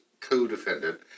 co-defendant